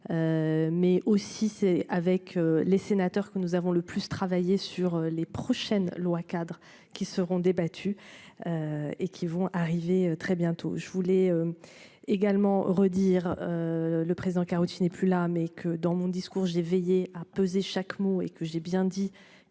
Mais aussi, c'est avec les sénateurs que nous avons le plus travailler sur les prochaines lois-cadres, qui seront débattues. Et qui vont arriver très bientôt, je voulais. Également redire. Le président Karoutchi n'est plus là mais que dans mon discours, j'ai veillé à peser chaque mot et que j'ai bien dit